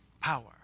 power